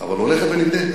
אבל הולכת ונבנית.